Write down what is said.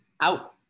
out